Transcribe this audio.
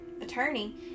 attorney